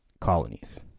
colonies